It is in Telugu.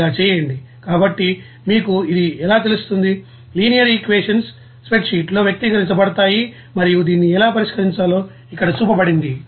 ఇక్కడ ఇలా చేయండి కాబట్టి మీకు ఇది ఎలా తెలుస్తుంది లినియర్ ఈక్వేషషన్స్ స్ప్రెడ్షీట్లో వ్యక్తీకరించబడతాయి మరియు దీన్ని ఎలా పరిష్కరించాలో ఇక్కడ చూపబడింది